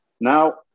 Now